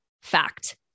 fact